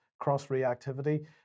cross-reactivity